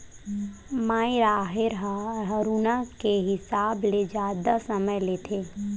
माई राहेर ह हरूना के हिसाब ले जादा समय लेथे